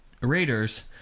Raiders